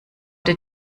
dir